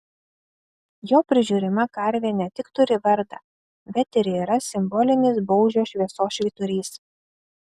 jo prižiūrima karvė ne tik turi vardą bet ir yra simbolinis baužio šviesos švyturys